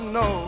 no